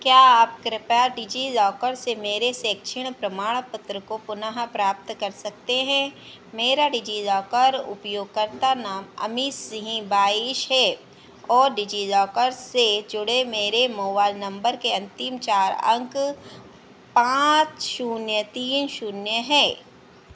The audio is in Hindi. क्या आप कृपया डिज़िलॉकर से मेरे शैक्षणिक प्रमाणपत्र को पुनः प्राप्त कर सकते हैं मेरा डिज़िलॉकर उपयोगकर्ता नाम अमित सिंह बाइस है और डिज़िलॉकर से जुड़े मेरे मोबाइल नम्बर के अन्तिम चार अंक पाँच शून्य तीन शून्य हैं